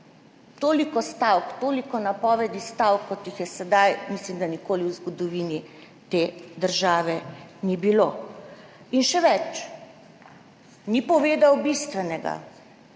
Toliko stavk, toliko napovedi stavk kot jih je sedaj, mislim, da nikoli v zgodovini te države ni bilo. In še več, ni povedal bistvenega: